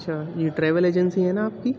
اچھا یہ travel agency ہے نا آپ کی